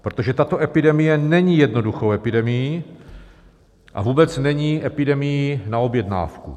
Protože tato epidemie není jednoduchou epidemií a vůbec není epidemií na objednávku.